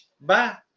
Bye